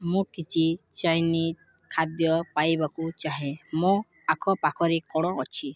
ମୁଁ କିଛି ଚାଇନିଜ୍ ଖାଦ୍ୟ ପାଇବାକୁ ଚାହେଁ ମୋ ଆଖପାଖରେ କ'ଣ ଅଛି